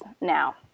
now